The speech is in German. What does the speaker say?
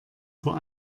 vor